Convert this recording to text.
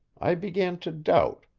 i began to doubt,